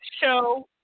show